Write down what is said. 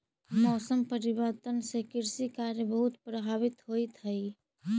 मौसम परिवर्तन से कृषि कार्य बहुत प्रभावित होइत हई